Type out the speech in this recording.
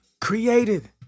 created